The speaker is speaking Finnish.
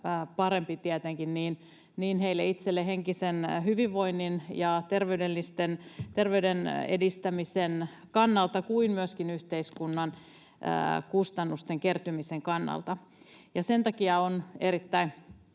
parempi tietenkin niin heille itselleen henkisen hyvinvoinnin ja terveyden edistämisen kannalta kuin myöskin yhteiskunnan kustannusten kertymisen kannalta. Sen takia on erittäin